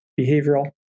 behavioral